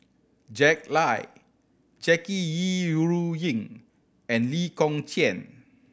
Jack Lai Jackie Yi Ru Ying and Lee Kong Chian